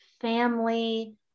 family